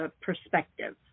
perspective